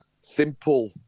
simple